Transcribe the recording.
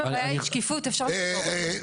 אם הבעיה היא שקיפות, אפשר --- סליחה.